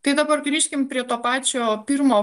tai dabar grįžkim prie to pačio pirmo